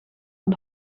van